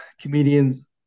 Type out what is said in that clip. comedians